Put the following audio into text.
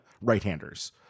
right-handers